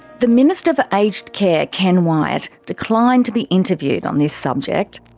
the minister for aged care, ken wyatt, declined to be interviewed on this subject.